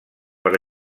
per